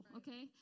okay